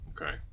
Okay